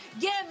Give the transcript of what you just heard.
give